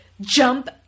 jump